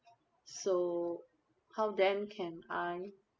so how then can I